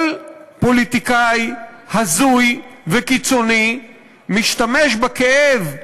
כל פוליטיקאי הזוי וקיצוני משתמש בכאב,